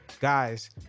guys